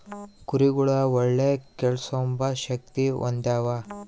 ಕುರಿಗುಳು ಒಳ್ಳೆ ಕೇಳ್ಸೆಂಬ ಶಕ್ತಿ ಹೊಂದ್ಯಾವ